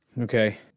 Okay